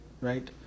Right